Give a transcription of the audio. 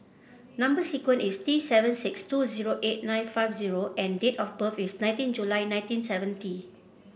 number sequence is T seven six two zero eight nine five zero and date of birth is nineteen July nineteen seventy